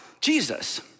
Jesus